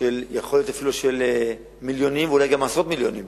יכול להיות אפילו של מיליונים ואולי גם עשרות מיליונים.